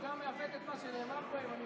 וגם מעוות את מה שנאמר בהן.